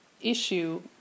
issue